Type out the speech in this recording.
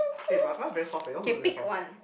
eh mine one very soft eh yours also very soft eh